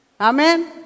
Amen